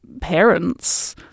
parents